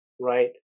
right